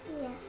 Yes